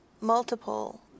Multiple